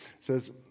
says